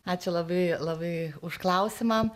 ačiū labai labai už klausimą